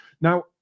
now